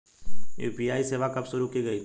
UPI सेवा कब शुरू की गई थी?